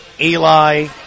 Eli